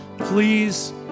Please